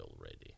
already